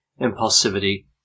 impulsivity